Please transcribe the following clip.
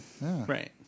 Right